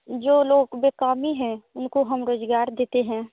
जो लोग बेकामी हैं उनको हम रोज़गार देते हैं